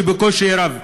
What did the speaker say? בקושי רב.